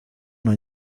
una